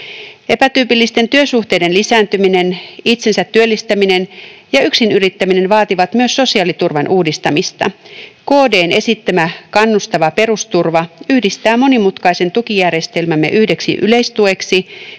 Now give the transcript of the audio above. Epätyypillisten työsuhteiden lisääntyminen, itsensä työllistäminen ja yksinyrittäminen vaativat myös sosiaaliturvan uudistamista. KD:n esittämä kannustava perusturva yhdistää monimutkaisen tukijärjestelmämme yhdeksi yleistueksi